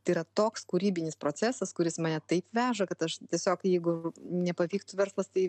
tai yra toks kūrybinis procesas kuris mane taip veža kad aš tiesiog jeigu nepavyktų verslas tai